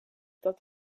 dat